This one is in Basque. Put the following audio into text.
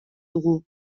dugu